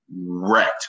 wrecked